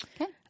Okay